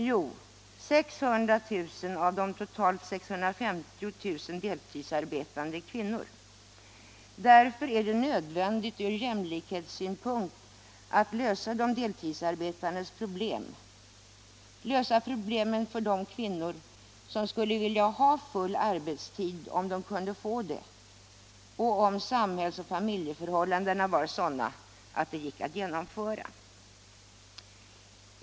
Jo, 600 000 av de totalt 650 000 deltidsarbetande är kvinnor. Därför är det nödvändigt ur jämlikhetssynpunkt att lösa de deltidsarbetandes problem, att lösa problemen för de kvinnor som skulle vilja ha full arbetstid om de kunde få det och om samhälls och familjeförhållandena var sådana att det gick att genomföra.